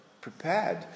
prepared